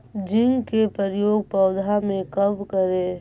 Zinc के प्रयोग पौधा मे कब करे?